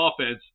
offense